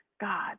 God